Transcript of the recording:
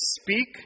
speak